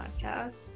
podcast